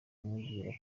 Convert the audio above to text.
kumubwira